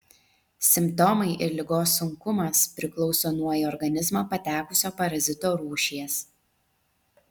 simptomai ir ligos sunkumas priklauso nuo į organizmą patekusio parazito rūšies